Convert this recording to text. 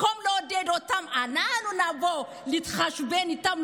במקום לעודד אותן אנחנו נבוא להתחשבן איתן,